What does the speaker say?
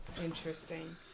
Interesting